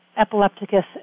epilepticus